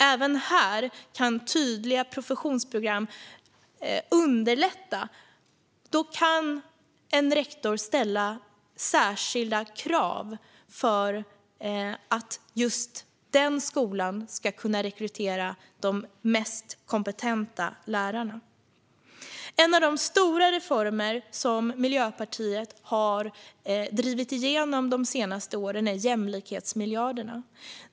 Även här kan tydliga professionsprogram underlätta; då kan en rektor ställa särskilda krav för att just den skolan ska kunna rekrytera de mest kompetenta lärarna. En av de stora reformer som Miljöpartiet har drivit igenom de senaste åren är jämlikhetsmiljarderna.